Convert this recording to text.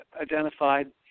identified